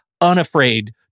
unafraid